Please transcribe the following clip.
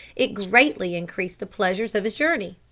it greatly increased the pleasures of his journey.